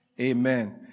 Amen